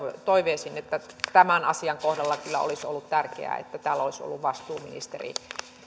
toiveisiin että tämän asian kohdalla kyllä olisi ollut tärkeää että täällä olisi ollut vastuuministeri